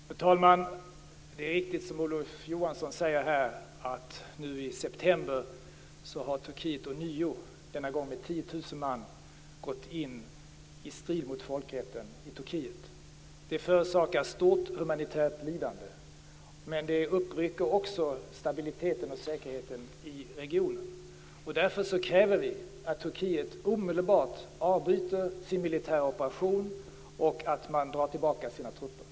Fru talman! Det är riktigt som Olof Johansson säger att nu i september har Turkiet ånyo, denna gång med 10 000 man, gått in i strid mot folkrätten i Turkiet. Det förorsakar stort humanitärt lidande. Det upprycker också stabiliteten och säkerheten i regionen. Därför kräver vi att Turkiet omedelbart avbryter sin militära operation och drar tillbaka sina trupper.